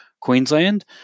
Queensland